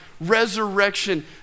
resurrection